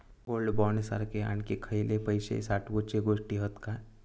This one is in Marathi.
गोल्ड बॉण्ड सारखे आणखी खयले पैशे साठवूचे गोष्टी हत काय?